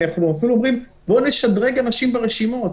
אנחנו אפילו אומרים שנשדרג אנשים ברשימות,